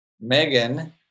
Megan